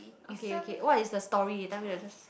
okay okay what is the story tell me I just